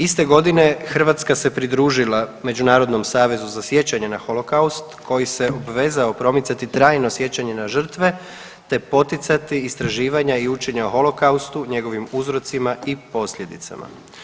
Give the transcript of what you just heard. Iste godine Hrvatska se pridružila Međunarodnom savezu za sjećanje na holokaust koji se obvezao promicati trajno sjećanje na žrtve te poticati istraživanja i učenja o holokaustu, njegovim uzrocima i posljedicama.